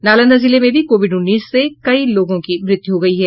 नालंदा जिले में भी कोविड उन्नीस से कई लोगों की मृत्यू हो गयी है